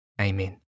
amen